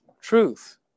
truth